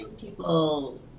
people